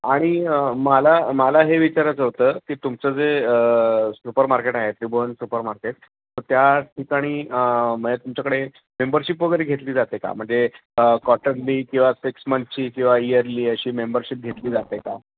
आणि मला मला हे विचारायचं होतं की तुमचं जे सुपर मार्केट आहे त्रिभुवन सुपर मार्केट तर त्या ठिकाणी म्हणजे तुमच्याकडे मेंबरशिप वगैरे घेतली जाते का म्हणजे कॉर्टरली किंवा सिक्स मंथची किंवा इयरली अशी मेंबरशिप घेतली जाते का